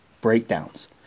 breakdowns